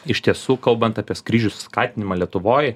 iš tiesų kalbant apie skrydžių skatinimą lietuvoj